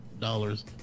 dollars